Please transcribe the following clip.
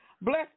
Bless